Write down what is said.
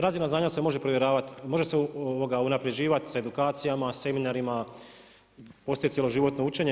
Razina znanja se može provjeravati, može se unaprjeđivat sa edukacijama, seminarima, postoji cjeloživotno učenje.